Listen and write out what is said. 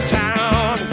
town